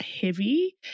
heavy